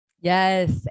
Yes